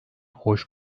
hoş